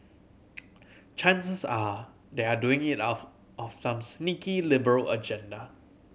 chances are they are doing it out of some sneaky liberal agenda